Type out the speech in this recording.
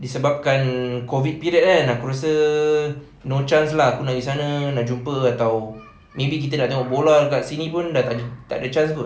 disebabkan COVID period kan aku rasa no chance lah nak gi sana nak jumpa atau maybe kita nak tengok bola kat sini pun dah tak ada tak ada chance kot